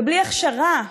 ובלי הכשרה.